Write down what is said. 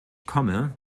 komme